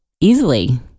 easily